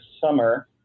summer